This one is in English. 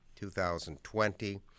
2020